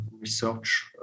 research